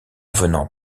venant